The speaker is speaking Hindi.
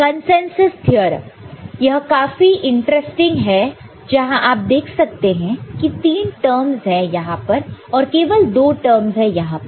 कॅन्सेन्सॅस थ्योरम यह काफी इंटरेस्टिंग है जहां आप देख सकते हैं कि 3 टर्मस है यहां पर और केवल 2 टर्मस है यहां पर